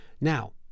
Now